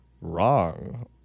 Wrong